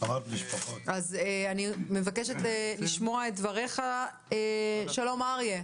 אז אני מבקשת לשמוע את דבריך, שלום אריה.